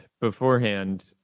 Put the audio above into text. beforehand